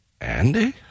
Andy